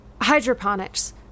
Hydroponics